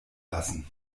lassen